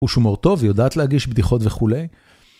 חוש הומור טוב ויודעת להגיש בדיחות וכולי.